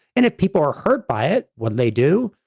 and if people are hurt by it, when they do,